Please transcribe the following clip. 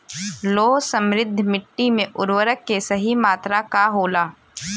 लौह समृद्ध मिट्टी में उर्वरक के सही मात्रा का होला?